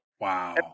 Wow